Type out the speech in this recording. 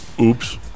Oops